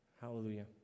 Hallelujah